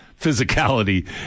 physicality